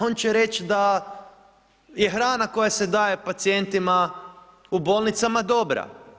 On će reći da je hrana koja se daje pacijentima u bolnicama dobra.